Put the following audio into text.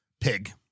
Pig